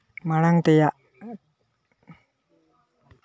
ᱢᱟᱲᱟᱝ ᱛᱮᱭᱟᱜ